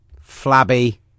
flabby